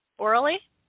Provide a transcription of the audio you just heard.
orally